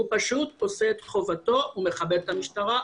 הוא פשוט עושה את חובתו ומכבד את המשטרה,